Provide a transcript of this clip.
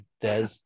Des